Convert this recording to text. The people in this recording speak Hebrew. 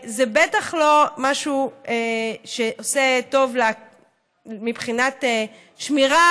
זה בטח לא משהו שעושה טוב מבחינת שמירה